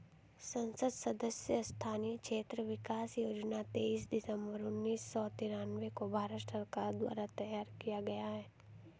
संसद सदस्य स्थानीय क्षेत्र विकास योजना तेईस दिसंबर उन्नीस सौ तिरान्बे को भारत सरकार द्वारा तैयार किया गया